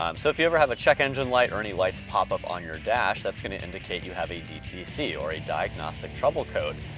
um so if you ever have a check engine light or any lights pop up on your dash, that's gonna indicate you have a dtc, or a diagnostic trouble code.